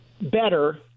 Better